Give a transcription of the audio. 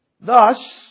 Thus